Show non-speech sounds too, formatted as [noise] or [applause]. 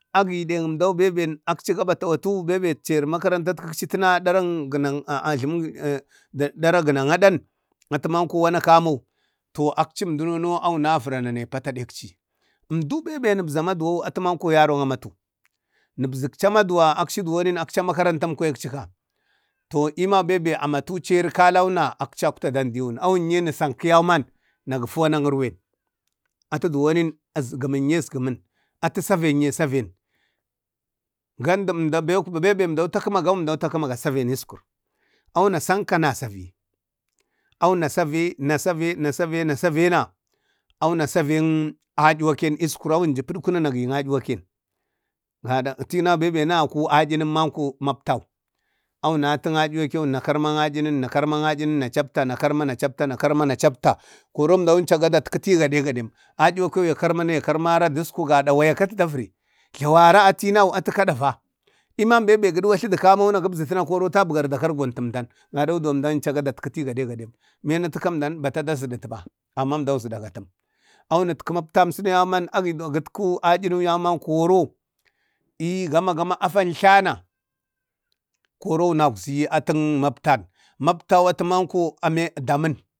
Agi dang emdo bembe kabataku be ceri mkarantatkikci tuna darang ginan [hesitation] darang gunang adang atu manko wana kamo akcimduni yuna vira wuna ni pata dekci emdu bebe wunubza a maduwawu atu manko yaron amatu yu zakci maduwa akci duwoni akci makarantan kwaya akcika to ii ma bebe amatuemda ceru kalau na akcakta dan diwaun awun ye wun sanku yauman wuna gufun wanan urwen, atu duwonin ezgumye ezgumun atu savanye savan ganemdam da bembe emda takumagam emda takumaga savain eskwar awuna sanka wuna savay awuna savi na savi na save na save na awna saving ayuwaken eskwuran wuju pudkuna wuna gayi aduwaken, tinan be nahaku ayinin manko mabtan awuna tin ayuwaken awunati ayuwaken nakarma ayinin na capta nakarma nacapta na karma nacapta koro emdawo encaga emda datkiti ii gadegadee, ayiwatut ya karma yakarma na ya karmara dusku gadak wak ka davare jluwara a tinau atu ka dava yiman bembe gudwatlu dak kamo na gubzituna atak baru da kargontu emdan gadau duwan emdam caga datkitiu gade gade bena atu kam emdan bata dazanitba amma emdau esgagatum awunitku mabtan ensuno yau man koro gi yi gama gama afan tlan koro wanakzi atin mabtan mabtan atu mako amin damun.